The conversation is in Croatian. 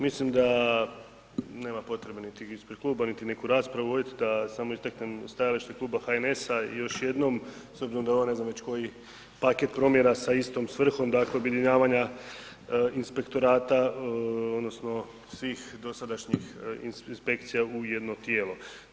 Mislim da nema potrebe niti ispred kluba niti neku raspravu voditi, da samo istaknem stajalište Kluba HNS-a i još jednom, s obzirom da je ovo već ne znam koji paket promjena sa istom svrhom, dakle objedinjavanja inspektorata odnosno svih dosadašnjih inspekcija u jedno tijelo.